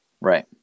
Right